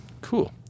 cool